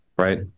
Right